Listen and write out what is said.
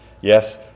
Yes